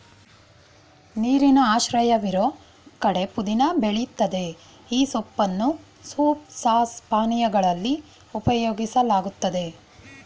ನೀರಿನ ಆಶ್ರಯವಿರೋ ಕಡೆ ಪುದೀನ ಬೆಳಿತದೆ ಈ ಸೊಪ್ಪನ್ನು ಸೂಪ್ ಸಾಸ್ ಪಾನೀಯಗಳಲ್ಲಿ ಉಪಯೋಗಿಸಲಾಗ್ತದೆ